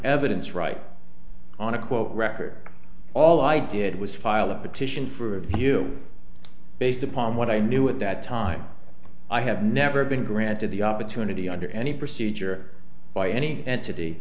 evidence right on a quote record all i did was file a petition for review based upon what i knew at that time i have never been granted the opportunity under any procedure by any entity